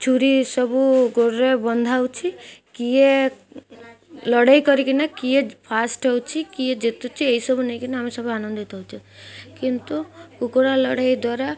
ଛୁରୀ ସବୁ ଗୋଡ଼ରେ ବନ୍ଧା ହେଉଛି କିଏ ଲଢ଼େଇ କରିକିନା କିଏ ଫାଷ୍ଟ୍ ହେଉଛି କିଏ ଜିତୁଛି ଏଇସବୁ ନେଇକିନା ଆମେ ସବୁ ଆନନ୍ଦିତ ହେଉଛି କିନ୍ତୁ କୁକୁଡ଼ା ଲଢ଼େଇ ଦ୍ୱାରା